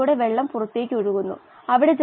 നമുക്ക് ഒന്ന് കൂടി നോക്കാം